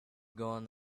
gone